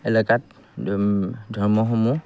এলেকাত ধৰ্মসমূহ